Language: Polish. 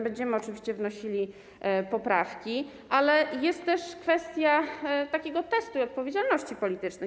Będziemy oczywiście wnosili poprawki, ale jest też kwestia testu i odpowiedzialności politycznej.